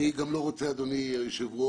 אני גם לא רוצה אדוני היושב-ראש